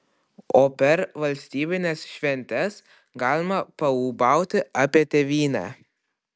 o per valstybines šventes galima paūbauti apie tėvynę